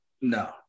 No